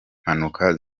mpanuka